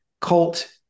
cult